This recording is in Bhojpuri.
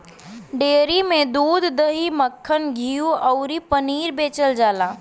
डेयरी में दूध, दही, मक्खन, घीव अउरी पनीर बेचल जाला